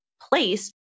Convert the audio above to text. place